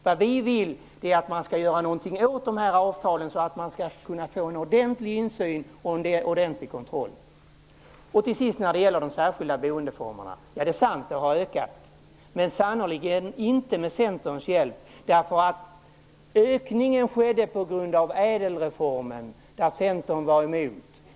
Det vi vill är att man gör någonting åt dessa avtal så att man får en ordentlig insyn och en ordentlig kontroll. Till sist till de särskilda boendeformerna. Det är sant att de har ökat, men det har sannerligen inte skett med Centerns hjälp. Ökningen skedde på grund av ÄDEL-reformen, som Centern var emot.